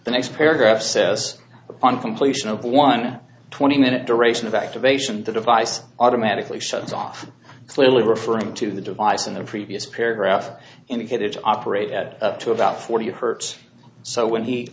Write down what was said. the next paragraph says upon completion of one twenty minute duration of activation the device automatically shuts off clearly referring to the device in the previous paragraph indicated operate at to about forty hertz so when he